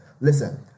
Listen